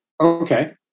okay